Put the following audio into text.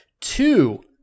two